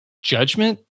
Judgment